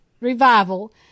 revival